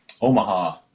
Omaha